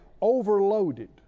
overloaded